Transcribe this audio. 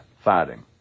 fighting